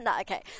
Okay